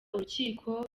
urukiko